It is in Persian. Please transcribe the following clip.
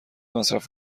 مصرف